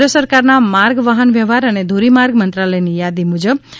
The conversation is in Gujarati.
કેન્દ્ર સરકારના માર્ગ વાહન વ્યવહાર અને ધોરી માર્ગ મંત્રાલયની યાદી મુજબ તા